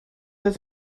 oedd